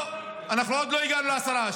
לא, אנחנו עוד לא הגענו לעשרה.